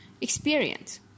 Experience